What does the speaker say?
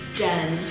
done